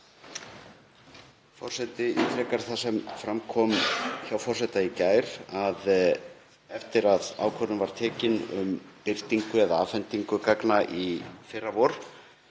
Forseti ítrekar það sem fram kom hjá forseta í gær, að eftir að ákvörðun var tekin um birtingu eða afhendingu gagna í fyrravor